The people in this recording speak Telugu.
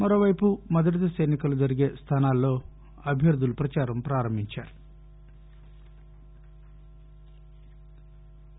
మరోవైపు మొదటి దశ ఎన్నికలు జరిగే స్థానాల్లో అభ్యర్థులు ప్రచారం ప్రారంభించారు